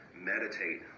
meditate